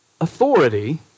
authority